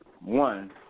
One